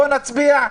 בוא נצביע.